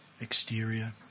exterior